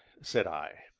said i,